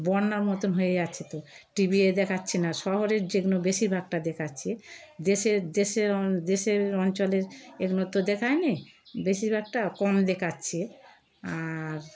বন্যার মতন হয়ে যাচ্ছে তো টিভিতে দেখাচ্ছে না শহরের যেগুলো বেশিরভাগটা দেখাচ্ছে দেশের দেশের দেশের অঞ্চলের এগুলো তো দেখায় নি বেশিরভাগটা কম দেখাচ্ছে আর